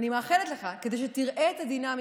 כדי שתראה את הדינמיקה,